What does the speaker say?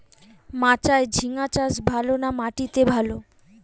মাচায় ঝিঙ্গা চাষ ভালো না মাটিতে ভালো?